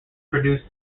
produced